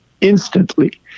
instantly